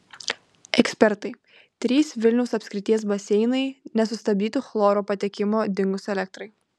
ekspertai trys vilniaus apskrities baseinai nesustabdytų chloro patekimo dingus elektrai